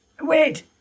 Wait